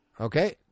Okay